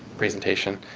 presentation.